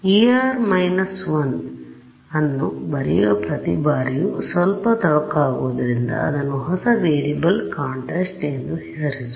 εr 1 ಅನ್ನು ಬರೆಯುವ ಪ್ರತಿ ಬಾರಿಯೂ ಸ್ವಲ್ಪ ತೊಡಕಾಗುವುದರಿಂದ ಅದನ್ನು ಹೊಸ ವೇರಿಯೇಬಲ್ ಕಾಂಟ್ರಾಸ್ಟ್ ಎಂದು ಹೆಸರಿಸುವ